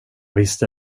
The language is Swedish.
visste